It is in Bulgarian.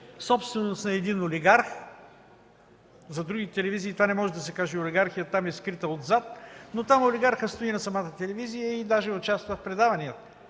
собственост на един олигарх. За другите телевизии това не може да се каже – олигархията там е скрита отзад, но там олигархът стои на самата телевизия и даже участва в предавания.